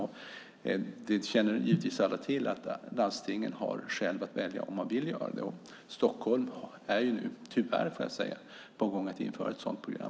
Alla känner givetvis till att landstingen själva väljer om de vill göra det. Stockholms läns landsting är, tyvärr, på väg att införa ett sådant program.